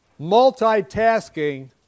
multitasking